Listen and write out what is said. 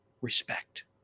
respect